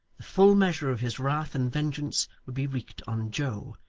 the full measure of his wrath and vengeance would be wreaked on joe,